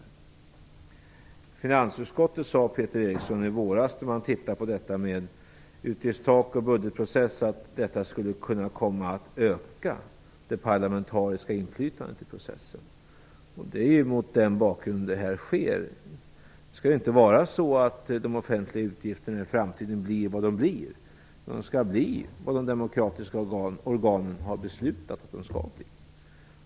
I finansutskottet sade Peter Eriksson i våras när man behandlade frågorna om utgiftstak och budgetprocess att detta skulle komma att öka det parlamentariska inflytandet i processen. Det är mot den bakgrunden detta sker. Det skall ju inte vara så, att de offentliga utgifterna i framtiden blir vad de blir. De skall bli vad de demokratiska organen har beslutat att de skall bli.